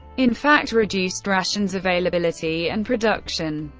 in fact, reduced rations, availability, and production.